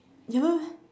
never